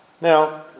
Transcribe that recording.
Now